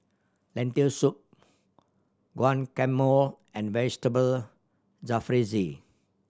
Lentil Soup Guacamole and Vegetable Jalfrezi